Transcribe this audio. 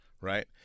Right